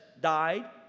died